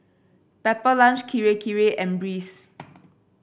Pepper Lunch Kirei Kirei and Breeze